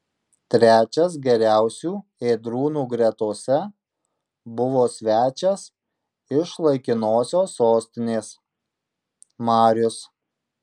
trečias geriausių ėdrūnų gretose buvo svečias iš laikinosios sostinės marius